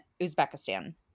Uzbekistan